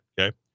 okay